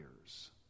years